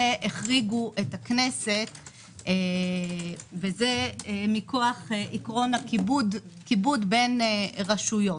את הכנסת וזה מכוח עיקרון הכיבוד בין רשויות.